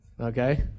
Okay